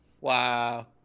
wow